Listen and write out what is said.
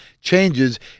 changes